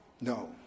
no